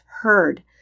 heard